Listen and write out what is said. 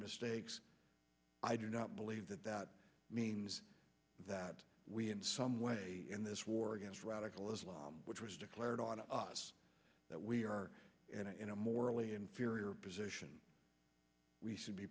mistakes i do not believe that that means that we in some way in this war against radical islam which was declared on us that we are in a morally inferior position we should be